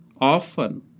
often